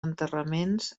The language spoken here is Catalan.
enterraments